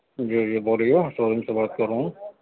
جی جی بولیے showroom سے بات کر رہا ہوں